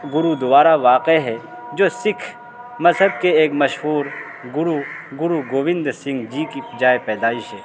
گرودوارا واقع ہے جو سکھ مذہب کے ایک مشہور گرو گرو گووند سنگھ جی کی جائے پیدائش ہے